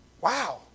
Wow